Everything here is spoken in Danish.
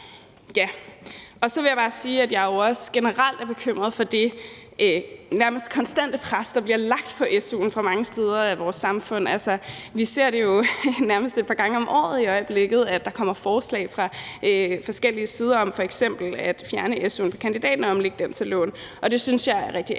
jeg også generelt er bekymret for det nærmest konstante pres, der bliver lagt på su'en, fra mange steder i vores samfund. Vi ser jo nærmest et par gange om året, at der kommer forslag fra forskellige sider om f.eks. at fjerne su'en på kandidaten og omlægge den til lån. Det synes jeg er rigtig ærgerligt.